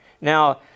Now